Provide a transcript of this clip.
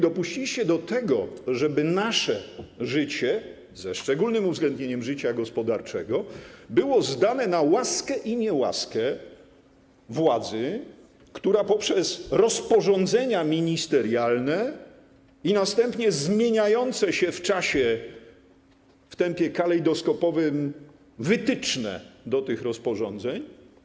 Dopuściliście do tego, żeby nasze życie, ze szczególnym uwzględnieniem życia gospodarczego, było zdane na łaskę i niełaskę władzy, która poprzez rozporządzenia ministerialne i następnie zmieniające się w czasie w tempie kalejdoskopowym wytyczne do tych rozporządzeń.